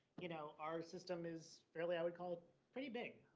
you know, our system is really i would call pretty big.